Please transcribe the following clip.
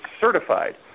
certified